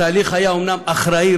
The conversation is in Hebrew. התהליך היה אומנם אחראי,